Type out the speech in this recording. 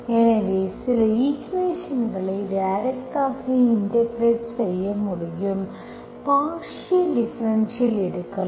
எனவே சில ஈக்குவேஷன்ஸ்களை டைரக்ட்ஆக இன்டெகிரெட் செய்ய முடியும் பார்ஷியல் டிஃபரென்ஷியல் எடுக்கலாம்